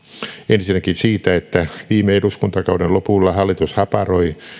ensinnäkin siitä että viime eduskuntakauden lopulla hallitus haparoi